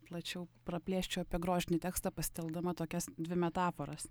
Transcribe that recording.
plačiau praplėsčiau apie grožinį tekstą pasitelkdama tokias dvi metaforas